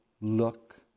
look